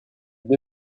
deux